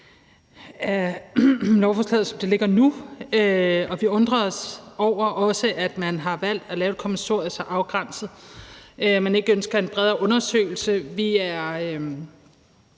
som det ligger nu. Vi undrer os også over, at man har valgt at lave kommissoriet så afgrænset, og at man ikke ønsker en bredere undersøgelse.